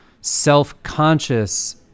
self-conscious